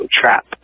trap